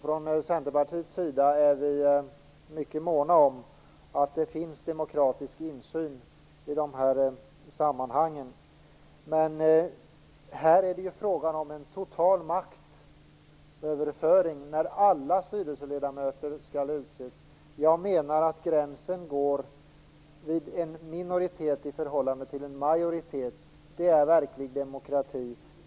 Från Centerpartiets sida är vi mycket måna om att det finns demokratisk insyn i de här sammanhangen, men det är här fråga om en total maktöverföring, innefattande utseendet av alla styrelseledamöter. Jag menar att gränsen går mellan en minoritets förhållande till en majoritet. Det är verklig demokrati.